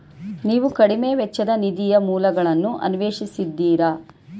ನೀವು ಕಡಿಮೆ ವೆಚ್ಚದ ನಿಧಿಯ ಮೂಲಗಳನ್ನು ಅನ್ವೇಷಿಸಿದ್ದೀರಾ?